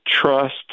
trust—